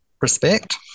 Respect